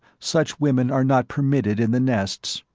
such women are not permitted in the nests.